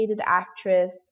actress